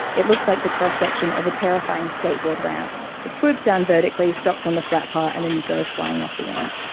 it looks like the cross-section of a terrifying skateboard ramp that swoops down vertically, stops on the flat part, and then you go flying off the end.